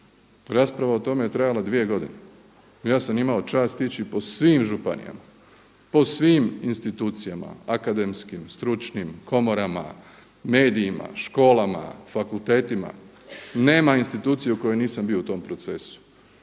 rasprava o tome je trajala dvije godine. Ja sam imao čast ići po svim županijama, po svim institucijama, akademskim, stručnim, komorama, medijima, školama, fakultetima. Nema institucije u kojoj nisam bio u tom procesu.